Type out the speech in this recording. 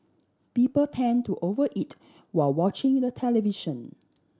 people tend to over eat while watching the television